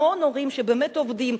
המון הורים, שבאמת עובדים,